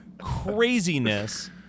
craziness